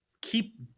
keep